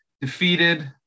defeated